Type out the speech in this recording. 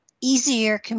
easier